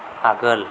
आगोल